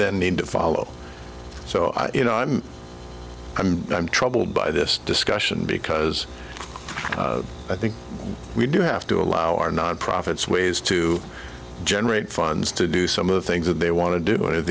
then need to follow so i you know i'm i'm i'm troubled by this discussion because i think we do have to allow our nonprofits ways to generate funds to do some of the things that they want to